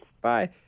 Bye